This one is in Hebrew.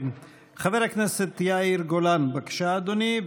חבר הכנסת יאיר גולן, בבקשה, אדוני.